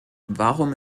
warum